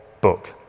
book